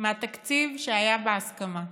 מהתקציב שהיה בהסכמה.